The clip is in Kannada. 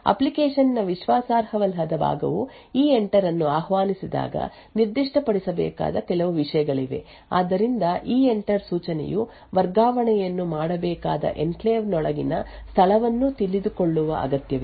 ಅಪ್ಲಿಕೇಶನ್ ನ ವಿಶ್ವಾಸಾರ್ಹವಲ್ಲದ ಭಾಗವು ಎಂಟರ್ ಅನ್ನು ಆಹ್ವಾನಿಸಿದಾಗ ನಿರ್ದಿಷ್ಟಪಡಿಸಬೇಕಾದ ಕೆಲವು ವಿಷಯಗಳಿವೆ ಆದ್ದರಿಂದ ಎಂಟರ್ ಸೂಚನೆಯು ವರ್ಗಾವಣೆಯನ್ನು ಮಾಡಬೇಕಾದ ಎನ್ಕ್ಲೇವ್ ನೊಳಗಿನ ಸ್ಥಳವನ್ನು ತಿಳಿದುಕೊಳ್ಳುವ ಅಗತ್ಯವಿದೆ